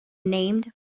named